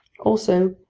also,